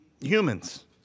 humans